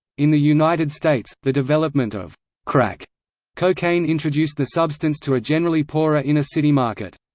in the united states, the development of crack cocaine introduced the substance to a generally poorer inner-city market.